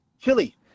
Chili